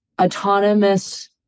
autonomous